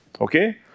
Okay